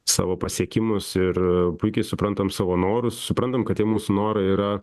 savo pasiekimus ir puikiai suprantam savo norus suprantam kad tie mūsų norai yra